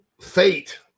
fate